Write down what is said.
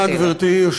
אצלנו בבית-הכנסת,